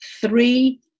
Three